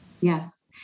Yes